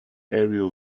aerial